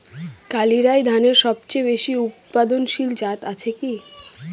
কালিরাই ধানের সবচেয়ে বেশি উৎপাদনশীল জাত আছে কি?